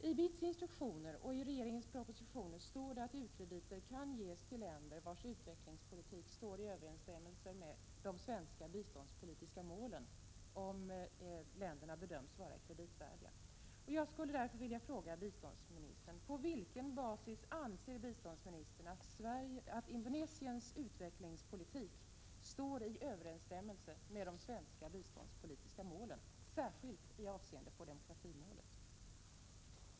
I BITS instruktioner och regeringens propositioner står det att u-krediter kan ges till länder vilkas utvecklingspolitik står i överensstämmelse med de svenska biståndspolitiska målen, om länderna bedöms vara kreditvärdiga. Jag skulle därför vilja fråga: På vilken basis anser biståndsministern att Indonesiens utvecklingspolitik står i överensstämmelse med de svenska biståndspolitiska målen, särskilt med avseende på demokratimålet?